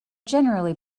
generally